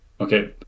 Okay